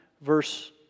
verse